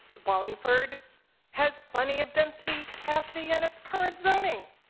wallingford has plenty of density capacity in its current zoning.